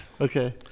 Okay